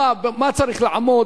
במה צריך לעמוד,